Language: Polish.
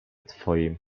twoim